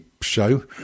show